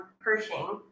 Pershing